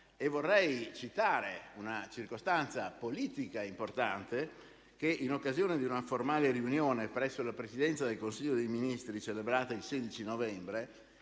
Vorrei citare una circostanza politica importante: in occasione di una formale riunione presso la Presidenza del Consiglio dei ministri, celebrata il 16 novembre,